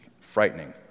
frightening